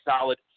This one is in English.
solid